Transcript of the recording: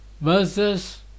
verses